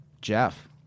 Jeff